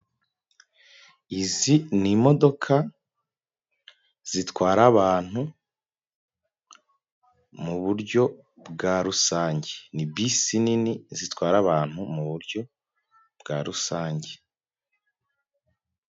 Izi ni imodoka zitwara abantu mu buryo bwa rusange. Ni bisi nini zitwara abantu mu buryo bwa rusange.